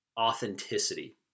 authenticity